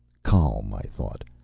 calm, i thought,